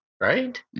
Right